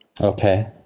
Okay